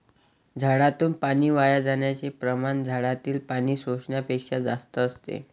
झाडातून पाणी वाया जाण्याचे प्रमाण झाडातील पाणी शोषण्यापेक्षा जास्त असते